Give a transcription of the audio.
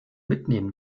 mitnehmen